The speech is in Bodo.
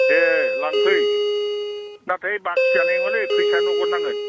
ए लांफै नाथाय बाखि जानाय नङालै फैसाया नगद नांगोन